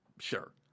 sure